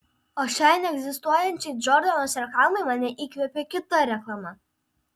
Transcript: o šiai neegzistuojančiai džordanos reklamai mane įkvėpė kita reklama